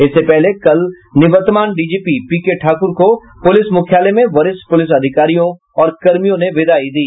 इससे पहले कल निवर्तमान डीजीपी पीकेठाकुर को पुलिस मुख्यालय में वरिष्ठ पुलिस अधिकारियों और कर्मियों ने विदाई दी